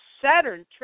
Saturn